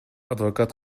адвокат